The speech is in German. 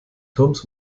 turmes